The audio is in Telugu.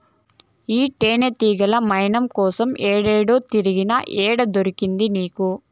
ఈ తేనెతీగల మైనం కోసం ఏడేడో తిరిగినా, ఏడ దొరికింది నీకు